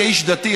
כאיש דתי,